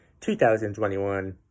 2021